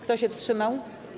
Kto się wstrzymał?